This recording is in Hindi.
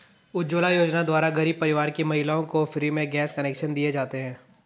उज्जवला योजना द्वारा गरीब परिवार की महिलाओं को फ्री में गैस कनेक्शन दिए जाते है